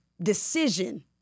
decision